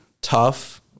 tough